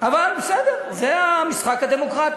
אבל בסדר, זה המשחק הדמוקרטי.